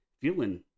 feeling